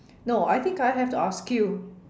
no I think I have to ask you